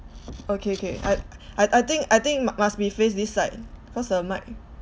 okay K I I I think I think uh must be face this side cause the mic